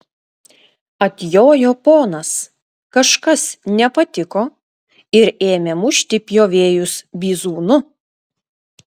atjojo ponas kažkas nepatiko ir ėmė mušti pjovėjus bizūnu